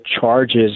charges